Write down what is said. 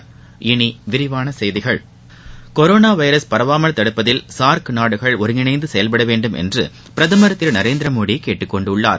இனி விரிவான செய்திகள் கொரோனா வைரஸ் பரவாமல் தடுப்பதில் சார்க் நாடுகள் ஒருங்கிணைந்து செயல்படவேண்டும் என்று பிரதமர் திரு நரேந்திரமோடி கேட்டுக்கொண்டுள்ளார்